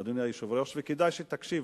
אדוני היושב-ראש, וכדאי שתקשיב.